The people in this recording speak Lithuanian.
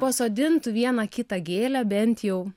pasodintų vieną kitą gėlę bent jau